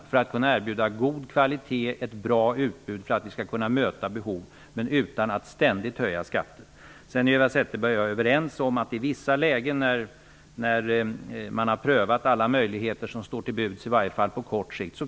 På så sätt kan vi erbjuda en god kvalitet och ett bra utbud samt möta behov, men utan att ständigt höja skatten. Eva Zetterberg och jag är överens om att skattehöjning kan vara en nödvändig åtgärd i vissa lägen, när man har prövat alla möjligheter som står till buds, i varje fall på kort sikt.